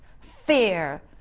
fear